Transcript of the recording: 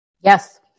Yes